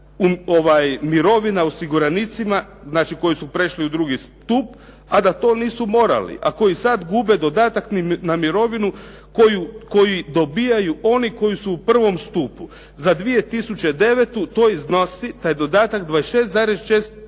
mirovina osiguranicima znači koji su prešli u drugi stup a da to nisu morali a koji sad gube dodatak na mirovinu koji dobivaju oni koji su u prvom stupu. Za 2009. to iznosi taj dodatak 26,4%.